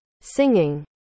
Singing